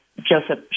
Joseph